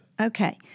Okay